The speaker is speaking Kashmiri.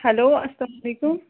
ہیٚلو اسلام علیکُم